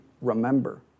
remember